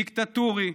דיקטטורי,